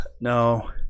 no